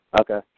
Okay